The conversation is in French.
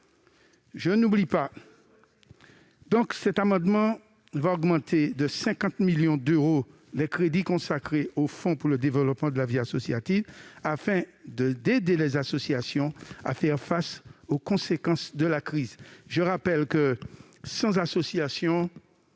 Il s'agit donc d'augmenter de 50 millions d'euros les crédits consacrés au Fonds pour le développement de la vie associative afin d'aider les associations à faire face aux conséquences de la crise. Sans associations,